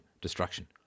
destruction